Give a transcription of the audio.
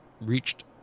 reached